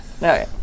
no